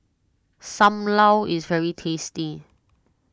Sam Lau is very tasty